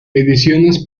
ediciones